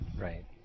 Right